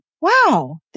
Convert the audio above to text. wow